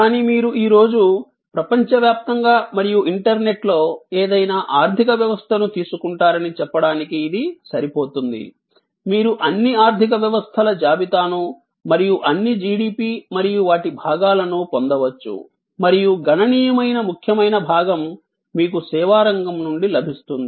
కానీ మీరు ఈ రోజు ప్రపంచవ్యాప్తంగా మరియు ఇంటర్నెట్లో ఏదైనా ఆర్థిక వ్యవస్థను తీసుకుంటారని చెప్పడానికి ఇది సరిపోతుంది మీరు అన్ని ఆర్థిక వ్యవస్థల జాబితాను మరియు అన్ని జిడిపి మరియు వాటి భాగాలను పొందవచ్చు మరియు గణనీయమైన ముఖ్యమైన భాగం మీకు సేవా రంగం నుండి లభిస్తుంది